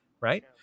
right